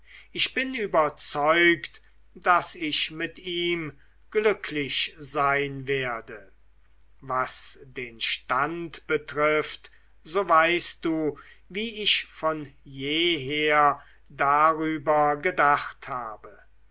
ich bin überzeugt daß ich mit ihm glücklich sein werde was den stand betrifft so weißt du wie ich von jeher drüber gedacht habe